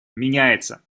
меняется